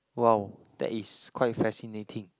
wow that is quite fascinating